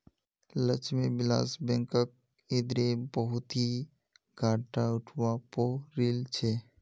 लक्ष्मी विलास बैंकक इधरे बहुत ही घाटा उठवा पो रील छे